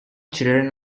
children